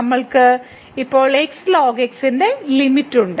നമ്മൾക്ക് ഇപ്പോൾ x lnx ന്റെ ലിമിറ്റ് ഉണ്ട്